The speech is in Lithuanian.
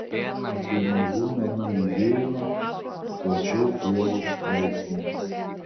apie mažų namų judėjimą plačiau ievos straipsnyje